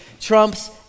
trumps